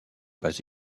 pas